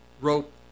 rope